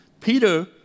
Peter